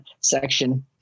section